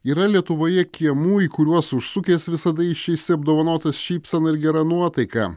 yra lietuvoje kiemų į kuriuos užsukęs visada išeisi apdovanotas šypsena ir gera nuotaika